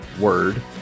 word